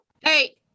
Hey